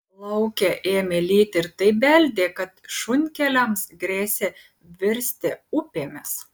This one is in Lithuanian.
lauke ėmė lyti ir taip beldė kad šunkeliams grėsė virsti upėmis